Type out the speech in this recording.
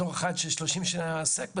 בתור אחד ש-30 שנה עוסק בזה,